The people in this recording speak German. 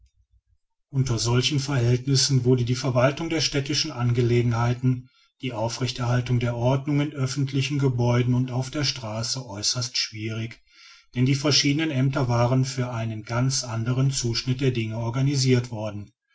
unter solchen verhältnissen wurde die verwaltung der städtischen angelegenheiten die aufrechterhaltung der ordnung in öffentlichen gebäuden und auf der straße äußerst schwierig denn die verschiedenen aemter waren für einen ganz anderen zuschnitt der dinge organisirt worden